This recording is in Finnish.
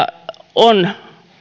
on